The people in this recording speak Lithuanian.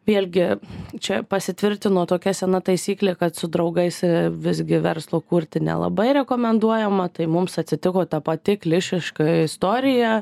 vėlgi čia pasitvirtino tokia sena taisyklė kad su draugais visgi verslo kurti nelabai rekomenduojama tai mums atsitiko ta pati klišiška istorija